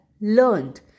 learned